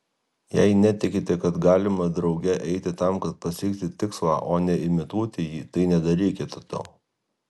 jei netikite kad galima drauge eiti tam kad pasiekti tikslą o ne imituoti jį tai nedarykite to